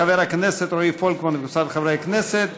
חבר הכנסת רועי פולקמן וקבוצת חברי הכנסת.